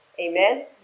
Amen